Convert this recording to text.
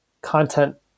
Content